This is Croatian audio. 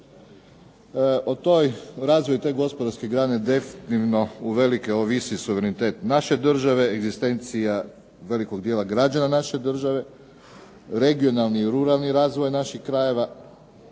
O razvoju te gospodarske grane definitivno uvelike ovisi suverenitet naše države, egzistencija velikog dijela građana naše države, regionalni i ruralni razvoj naših krajeva,